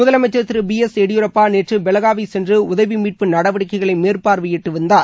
முதலன்ச்சர் Thiru B S Yediyurappa நேற்று பெலாகாவி சென்று உதவி மீட்பு நடவடிக்கைகளை மேற்பார்வையிட்டு வருகிறார்